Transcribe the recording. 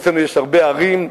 אצלנו יש הרבה הרים,